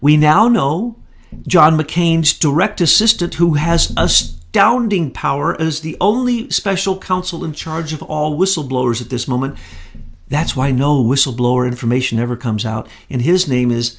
we now know john mccain's direct assistant who has as dowding power as the only special counsel in charge of all whistleblowers at this moment that's why no whistle blower information ever comes out and his name is